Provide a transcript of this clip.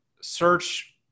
search